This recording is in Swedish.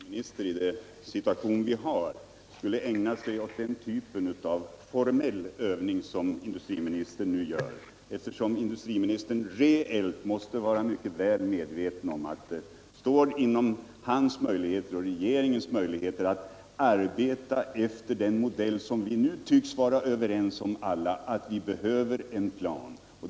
Herr talman! Jag trodde inte att industriministern i den situation vi nu har skulle ägna sig åt denna typ av formell övning. Industriministern måste reellt vara mycket väl medveten om att det ligger inom hans och regeringens möjligheter att arbeta efter den modell som vi nu alla tycks vara överens om att vi behöver, nämligen en plan.